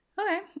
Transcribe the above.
Okay